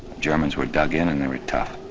germans were dug in and they were tough.